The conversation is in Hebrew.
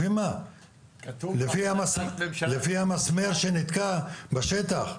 לפי המסמר שנתקע בשטח.